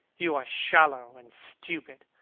you are shallow and stupid.